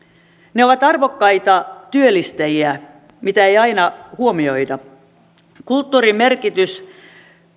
ne ovat arvokkaita työllistäjiä mitä ei aina huomioida kulttuurin merkitys